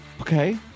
okay